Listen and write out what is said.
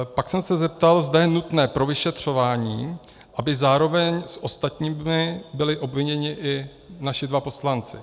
Pak jsem se zeptal, zda je nutné pro vyšetřování, aby zároveň s ostatními byli obviněni i naši dva poslanci.